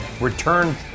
return